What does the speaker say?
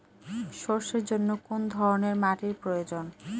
সরষের জন্য কোন ধরনের মাটির প্রয়োজন?